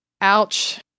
Ouch